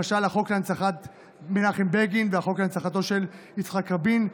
למשל החוק להנצחת מנחם בגין והחוק להנצחתו של יצחק רבין,